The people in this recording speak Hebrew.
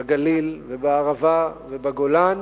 בגליל ובערבה ובגולן